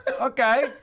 Okay